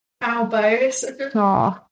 elbows